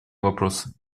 вопросы